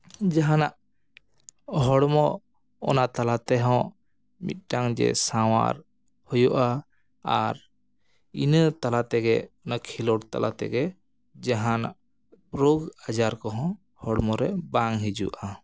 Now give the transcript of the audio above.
ᱡᱟᱦᱟᱸᱱᱟᱜ ᱦᱚᱲᱢᱚ ᱚᱱᱟ ᱛᱟᱞᱟ ᱛᱮᱦᱚᱸ ᱢᱤᱫᱴᱟᱱ ᱡᱮ ᱥᱟᱶᱟᱨ ᱦᱩᱭᱩᱜᱼᱟ ᱟᱨ ᱤᱱᱟᱹ ᱛᱟᱞᱟ ᱛᱮᱜᱮ ᱚᱱᱟ ᱠᱷᱮᱞᱳᱰ ᱛᱟᱞᱟ ᱛᱮᱜᱮ ᱡᱟᱦᱟᱸᱱᱟᱜ ᱨᱳᱜᱽ ᱟᱡᱟᱨ ᱠᱚᱦᱚᱸ ᱦᱚᱲᱢᱚ ᱨᱮ ᱵᱟᱝ ᱦᱤᱡᱩᱜᱼᱟ